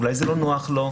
אולי זה לא נוח לו.